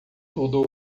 tudo